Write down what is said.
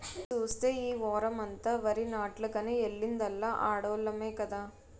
సూస్తే ఈ వోరమంతా వరినాట్లకని ఎల్లిందల్లా ఆడోల్లమే కదా